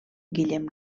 guillem